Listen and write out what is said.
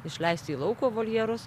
išleisti į lauko voljerus